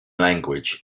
language